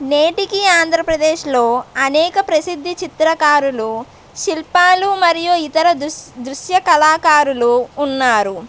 నేటికీ ఆంధ్రప్రదేశ్లో అనేక ప్రసిద్ధి చిత్రకారులు శిల్పాలు మరియు ఇతర దృశ్య దృశ్యకళాకారులు ఉన్నారు